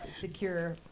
secure